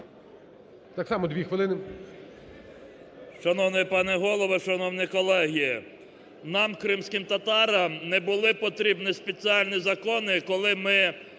так само дві хвилини.